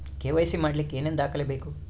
KYC ಮಾಡಲಿಕ್ಕೆ ಏನೇನು ದಾಖಲೆಬೇಕು?